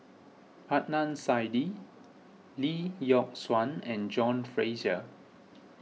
Adnan Saidi Lee Yock Suan and John Fraser